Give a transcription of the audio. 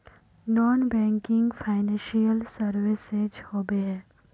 Non banking financial services होबे है?